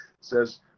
says